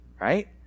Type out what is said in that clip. Right